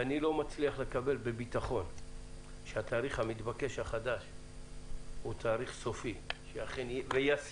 ואני לא מצליח לקבל בביטחון שהתאריך המתבקש החדש הוא תאריך סופי וישים,